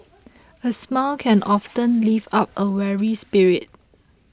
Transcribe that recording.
a smile can often lift up a weary spirit